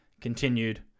continued